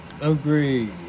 Agreed